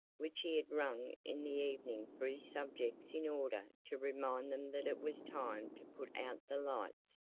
which he had rung in the evening for his subjects in order to remind them that it was time to put out the lights,